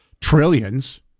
trillions